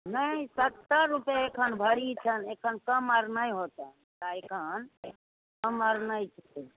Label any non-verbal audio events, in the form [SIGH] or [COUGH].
नहि सत्तरि रुपये एखन भरि छनि एखन कम आर नहि होतै तैॅं एखन कम आर नहि [UNINTELLIGIBLE]